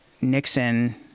Nixon